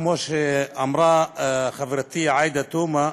וכמו שאמרה חברתי עאידה תומא,